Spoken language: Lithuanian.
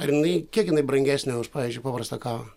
ar jinai kiek jinai brangesnė už pavyzdžiui paprastą kavą